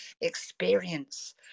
experience